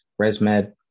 resmed